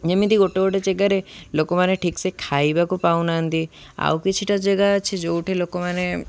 ଯେମିତି ଗୋଟେ ଗୋଟେ ଜାଗାରେ ଲୋକମାନେ ଠିକ୍ସେ ଖାଇବାକୁ ପାଉନାହାନ୍ତି ଆଉ କିଛିଟା ଜାଗା ଅଛି ଯେଉଁଠି ଲୋକମାନେ